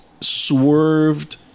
swerved